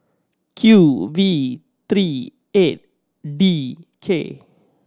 Q V three eight D K